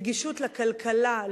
נגישות לכלכלה,